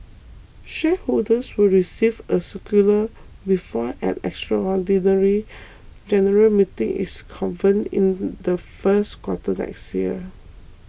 shareholders will receive a circular before an extraordinary general meeting is convened in the first quarter next year